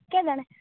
କେ ଜାଣେ